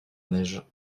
neige